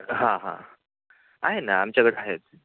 हां हां आहे ना आमच्याकडं आहेत